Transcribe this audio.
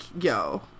yo